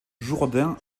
jourdain